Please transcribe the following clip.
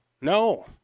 No